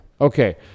okay